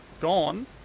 gone